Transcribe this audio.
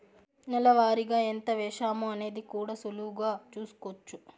నెల వారిగా ఎంత వేశామో అనేది కూడా సులువుగా చూస్కోచ్చు